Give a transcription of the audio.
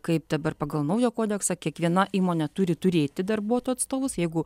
kaip dabar pagal naują kodeksą kiekviena įmonė turi turėti darbuotojų atstovus jeigu